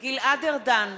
גלעד ארדן,